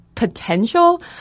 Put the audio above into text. potential